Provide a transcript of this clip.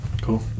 Cool